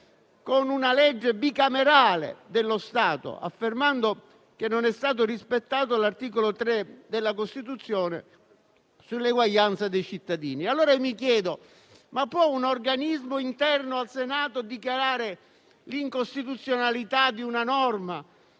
a una legge bicamerale dello Stato, affermando che non è stato rispettato l'articolo 3 della Costituzione sull'uguaglianza dei cittadini. Mi chiedo allora: può un organismo interno al Senato dichiarare l'incostituzionalità di una norma